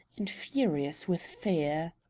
and furious with fear.